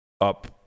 Up